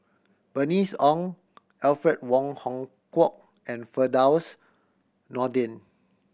Bernice Ong Alfred Wong Hong Kwok and Firdaus Nordin